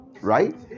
right